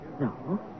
No